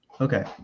okay